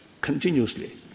continuously